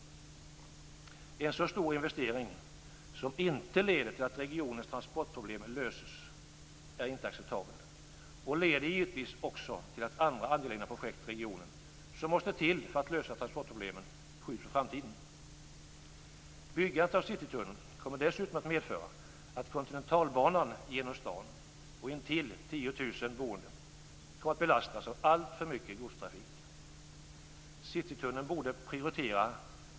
En så stor investering som inte leder till att regionens transportproblem löses är inte acceptabel och leder givetvis också till att andra angelägna projekt i regionen som måste till för att lösa transportproblemen skjuts på framtiden. Byggandet av Citytunneln kommer dessutom att medföra att Kontinentalbanan genom staden och intill 10 000 boende kommer att belastas av alltför mycket godstrafik.